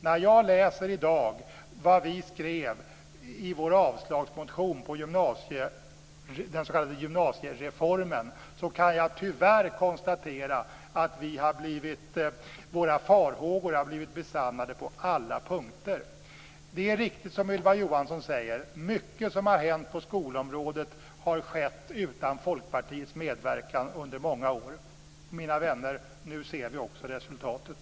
När jag i dag läser vad vi skrev i vår motion om avstyrkande av den s.k. gymnasiereformen kan jag tyvärr konstatera att våra farhågor har blivit besannade på alla punkter. Det är, som Ylva Johansson säger, riktigt att mycket av det som har hänt på skolområdet har skett utan Folkpartiets medverkan under många år. Mina vänner, nu ser vi också resultatet.